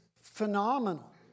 phenomenal